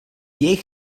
jejich